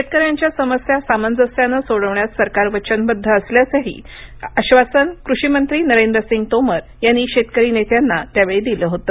शेतकऱ्यांच्या समस्या सामंजस्यानं सोडवण्यास सरकार वचनबद्ध असल्याचं आश्वासनही कृषीमंत्री नरेंद्रसिंग तोमर यांनी शेतकरी नेत्यांना त्यावेळी दिलं होतं